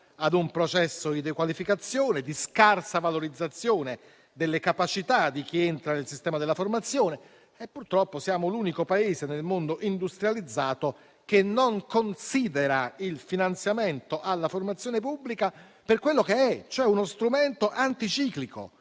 a un processo di dequalificazione, di scarsa valorizzazione delle capacità di chi entra nel sistema della formazione. Purtroppo siamo l'unico Paese nel mondo industrializzato che non considera il finanziamento alla formazione pubblica per quello che è, cioè uno strumento anticiclico,